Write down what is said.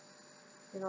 you know